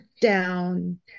down